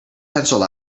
pencil